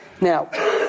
Now